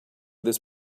this